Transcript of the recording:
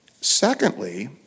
Secondly